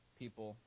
people